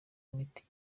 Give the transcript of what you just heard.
miti